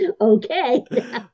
Okay